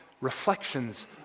reflections